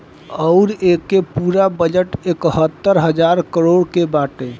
अउर एके पूरा बजट एकहतर हज़ार करोड़ के बाटे